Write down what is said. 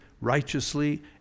righteously